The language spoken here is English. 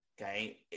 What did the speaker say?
okay